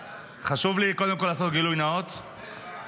חשוב לי קודם כול לעשות גילוי נאות --- אוקיי,